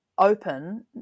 open